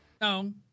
No